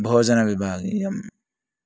भोजनविभागीयम्